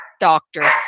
doctor